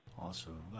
Awesome